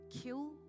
kill